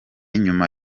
nyuma